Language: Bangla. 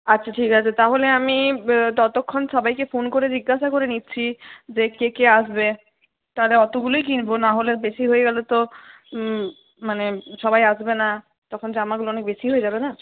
আচ্ছা ঠিক আছে তাহলে আমি ততক্ষণ সবাইকে ফোন করে জিজ্ঞাসা করে নিচ্ছি যে কে কে আসবে তাহলে অতগুলোই কিনব নাহলে বেশি হয়ে গেলে তো মানে সবাই আসবে না তখন জামাগুলো অনেক বেশি হয়ে যাবে না